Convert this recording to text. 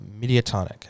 Mediatonic